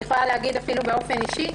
אני יכולה להגיד אפילו באופן אישי,